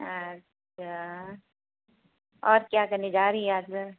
अच्छा और क्या करने जा रही हैं आज